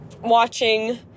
watching